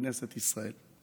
בכנסת ישראל.